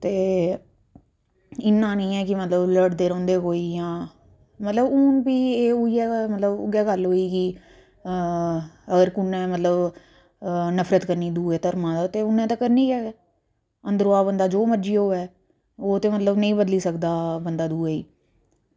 ते इन्ना निं ऐ जिन्ना लोक लड़दे रौहंदे कोई इंया मतलब हून भी एह् इयै मतलब उऐ गल्ल होई की होर कु'नै मतलब नफरत करनी दूऐ धर्म दे ते मतलब उनें ते करनी गै अंजरै दा बंदा जो मरज़ी होऐ ओह् ते मतलब निं बदली सकदा बंदा दूऐ गी